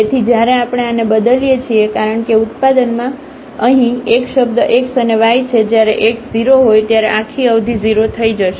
તેથી જ્યારે આપણે આને બદલીએ છીએ કારણ કે ઉત્પાદમાં અહીં એક શબ્દ x અને y છે જ્યારે x 0 હોય ત્યારે આખી અવધિ 0 થઈ જશે